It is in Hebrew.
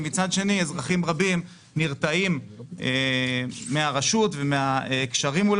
ומצד שני אזרחים רבים נרתעים מהרשות ומהקשרים מול